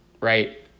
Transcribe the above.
right